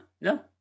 no